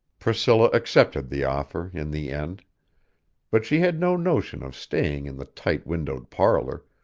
priscilla accepted the offer, in the end but she had no notion of staying in the tight-windowed parlor,